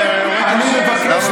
אני מבקש שתשבי במקומך.